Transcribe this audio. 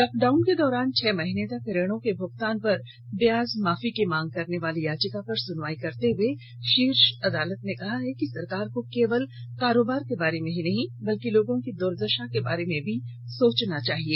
lockdown के दौरान छह महीने तक ऋणों के भुगतान पर ब्याज माफी की मांग करने वाली याचिका पर सुनवाई करते हुए शीर्ष अदालत ने कहा है कि सरकार को केवल कारोबार के बारे में ही नहीं बल्कि लोगों की दुर्दशा के बारे में भी सोचना चाहिए